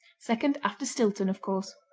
second after stilton, of course.